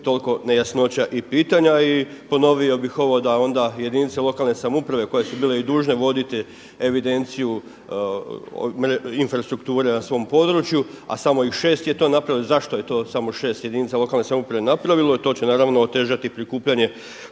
toliko nejasnoća i pitanja. Ponovio bih ovo da onda jedinica lokalne samouprave koje su bile i dužne voditi evidenciju infrastrukture na svom području, a samo ih šest je to napravilo. Zašto je to samo šest jedinica lokalne samouprave napravilo? I to će naravno otežati prikupljanje